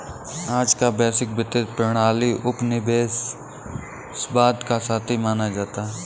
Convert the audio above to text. आज का वैश्विक वित्तीय प्रणाली उपनिवेशवाद का साथी माना जाता है